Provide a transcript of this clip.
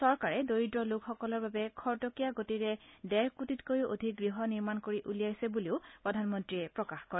চৰকাৰে দৰিদ্ৰ লোকসকলৰ বাবে খৰতকীয়া গতিৰে ডেৰ কোটিতকৈও অধিক গৃহ নিৰ্মাণ কৰি উলিয়াইছে বুলিও প্ৰধানমন্ত্ৰীয়ে প্ৰকাশ কৰে